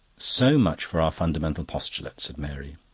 so much for our fundamental postulate, said mary.